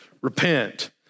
Repent